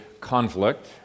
conflict